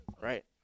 right